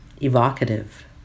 evocative